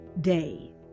day